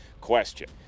question